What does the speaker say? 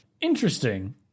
interesting